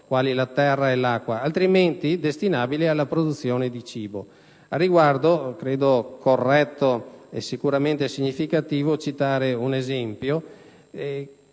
quali la terra e l'acqua, altrimenti destinabili alla produzione di cibo. Al riguardo credo corretto e sicuramente significativo ricordare che per